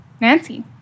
Nancy